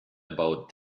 about